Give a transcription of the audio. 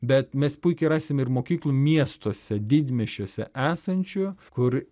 bet mes puikiai rasim ir mokyklų miestuose didmiesčiuose esančių kur